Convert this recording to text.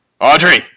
Audrey